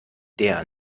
der